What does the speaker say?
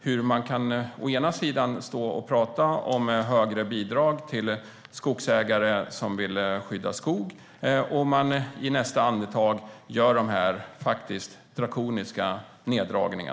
Hur kan man å ena sidan stå och tala om högre bidrag till skogsägare som vill skydda skog och å andra sidan i nästa andetag göra dessa drakoniska neddragningar?